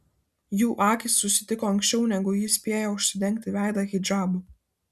jų akys susitiko anksčiau negu ji spėjo užsidengti veidą hidžabu